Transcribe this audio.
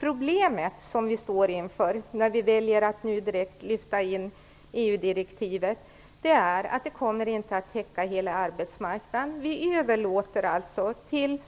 Problemet vi står inför när vi väljer att direkt lyfta in EU-direktivet är att det inte kommer att täcka hela arbetsmarknaden. Vi överlåter till